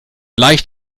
leicht